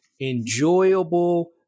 enjoyable